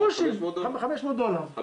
גרושים, 500 דולר.